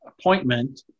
appointment